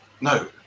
no